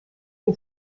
que